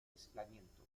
aislamiento